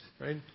Right